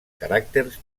caràcters